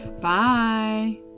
Bye